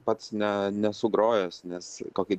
pats ne nesu grojęs nes kokį